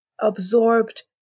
absorbed